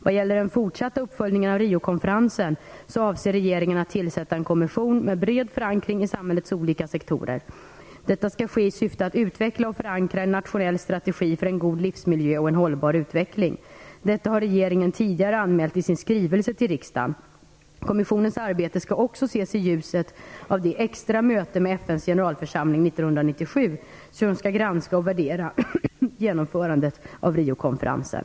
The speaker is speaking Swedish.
Vad gäller den fortsatta uppföljningen av Riokonferensen avser regeringen att tillsätta en kommission med bred förankring i samhällets olika sektorer. Detta skall ske i syfte att utveckla och förankra en nationell strategi för en god livsmiljö och en hållbar utveckling. Detta har regeringen tidigare anmält i sin skrivelse till riksdagen . Kommissionens arbete skall också ses i ljuset av det extra möte med FN:s generalförsamling 1997 som skall granska och värdera genomförandet av Riokonferensen.